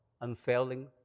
unfailing